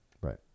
Right